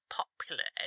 popular